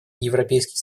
европейский